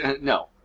No